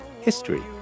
history